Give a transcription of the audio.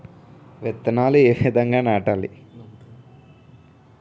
విత్తనాలు ఏ విధంగా నాటాలి?